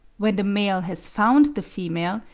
when the male has found the female,